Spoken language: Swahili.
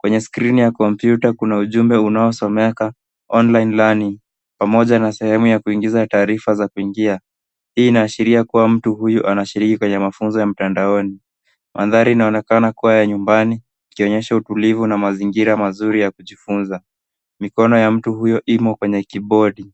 Kwenye skrini ya komputa kuna ujumbe unaosomeka online learning pamoja na sehemu ya kuingiza taarifa za kuingi. Hii inaashiria kuwa mtu huyu anashiriki kwenye mafunzo ya mtandaoni. Mandhari inaonekana kuwa ya nyumbani ikionyesha utulivu na mazingira mazuri ya kujifunza. Mikono ya mtu huyo imo kwenye kibodi.